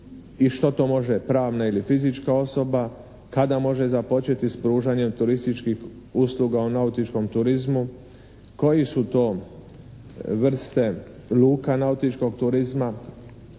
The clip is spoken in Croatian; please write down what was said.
i što može pravna ili fizička osoba, kada može započeti s pružanjem turističkih usluga u nautičkom turizmu, koji su to vrste luka nautičkog turizma